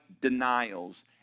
denials